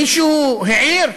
מישהו העיר?